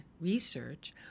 research